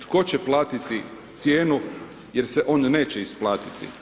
Tko će platiti cijenu jer se on neće isplatiti.